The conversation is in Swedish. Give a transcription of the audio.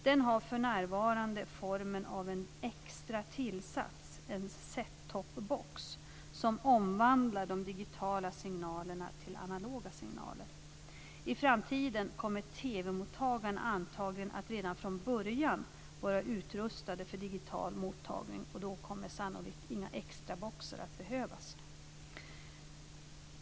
Den har för närvarande formen av en extra tillsats, en set top-box, som omvandlar de digitala signalerna till analoga signaler. I framtiden kommer TV-mottagarna antagligen att redan från början vara utrustade för digital mottagning. Då kommer sannolikt inga extra boxar att behövas.